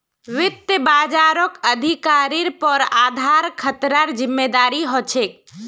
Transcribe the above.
वित्त बाजारक अधिकारिर पर आधार खतरार जिम्मादारी ह छेक